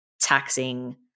taxing